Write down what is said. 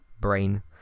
brain